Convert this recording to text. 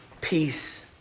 peace